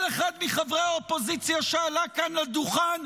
כל אחד מחברי האופוזיציה שעלה כאן לדוכן